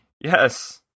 Yes